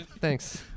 Thanks